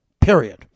Period